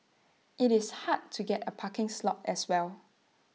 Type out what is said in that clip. IT is hard to get A parking slot as well